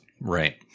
Right